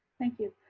thank you,